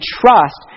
trust